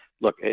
Look